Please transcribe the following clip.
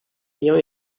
ayant